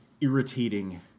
irritating